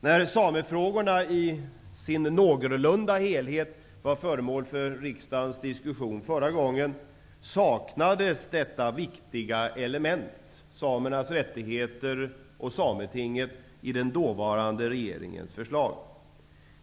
När samefrågorna i sin någorlunda helhet var föremål för riksdagens diskussion förra gången saknades detta viktiga element -- samernas rättigheter och Sametinget -- i dåvarande regeringens förslag.